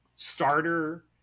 starter